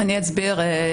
אסביר.